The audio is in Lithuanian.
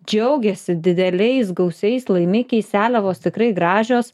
džiaugėsi dideliais gausiais laimikiais seliavos tikrai gražios